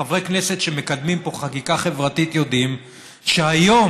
חברי כנסת שמקדמים פה חקיקה חברתית יודעים שהיום,